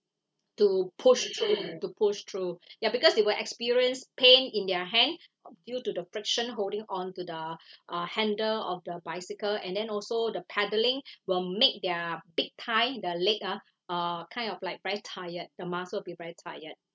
to push to the push through ya because they'll experience pain in their hand due to the friction holding onto the uh handle of the bicycle and then also the pedalling will make their big thigh the leg ah uh kind of like very tired the muscle will be very tired